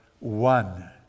One